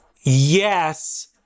Yes